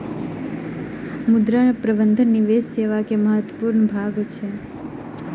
मुद्रा प्रबंधन निवेश सेवा के महत्वपूर्ण भाग अछि